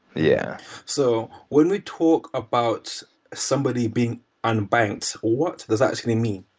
yeah so when we talk about somebody being unbanked, what does that actually mean?